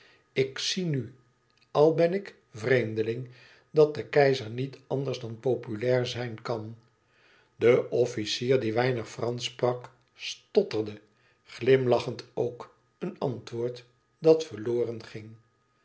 ik zie nu al ben ik vreemdeling dat de keizer niet anders dan populair zijn kan de officier die weinig fransch sprak stotterde glimlachend ook een antwoord dat verloren ging